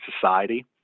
society